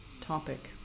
topic